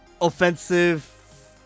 offensive